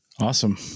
Awesome